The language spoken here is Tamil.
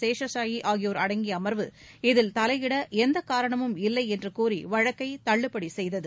சேஷசாயி ஆகியோர் அடங்கிய அமர்வு இதில் தலையிட எந்த காரணமும் இல்லை என்று கூறி வழக்கை தள்ளுபடி செய்தது